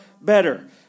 better